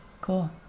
Cool